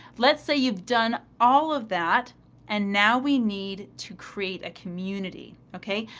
let's say you've done all of that and now we need to create a community, okay?